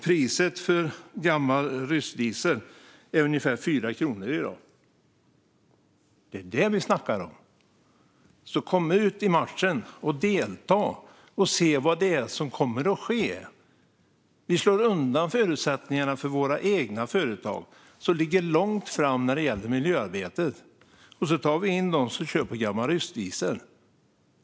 Priset för gammal rysk diesel är ungefär 4 kronor i dag. Det är det vi snackar om. Kom ut och delta i matchen och se vad det är som kommer att ske! Vi slår undan förutsättningarna för våra egna företag, som ligger långt framme när det gäller miljöarbete, och tar in dem som kör på gammal rysk diesel.